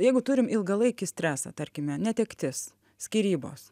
jeigu turim ilgalaikį stresą tarkime netektis skyrybos